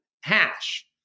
hash